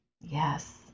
Yes